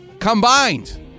combined